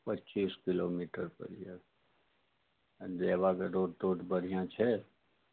पच्चीस किलोमीटर पर यऽ आ जआय अयबाके रोड तोड बढ़िआँ छै